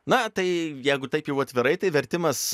na tai jeigu taip jau atvirai tai vertimas